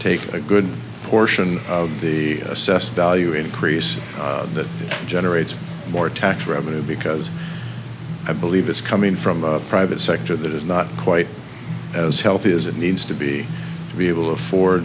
take a good portion of the assessed value increase that generates more tax revenue because i believe it's coming from a private sector that is not quite as healthy as it needs to be to be able to afford